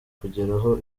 kugeraho